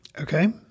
okay